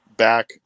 back